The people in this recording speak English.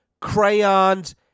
crayons